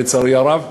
לצערי הרב.